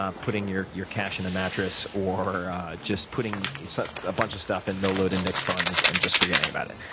ah putting your your cash in a mattress or just putting a bunch of stuff in no load index funds and just forgetting about it.